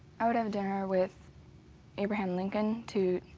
i would have dinner with abraham lincoln to,